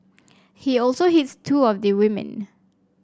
he also hits two of the women